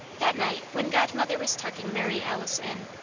that night when godmother was tucking mary alice in,